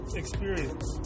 experience